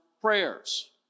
prayers